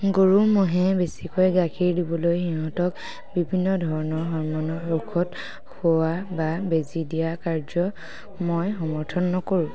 গৰু ম'হে বেছিকৈ গাখীৰ দিবলৈ সিহঁতক বিভিন্ন ধৰণৰ হৰ্মণৰ ঔষধ খুওৱা বা বেজী দিয়া কাৰ্য মই সমৰ্থন নকৰোঁ